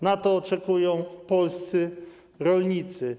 Na to czekają polscy rolnicy.